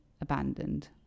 abandoned